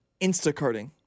Instacarting